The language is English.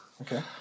Okay